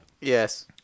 Yes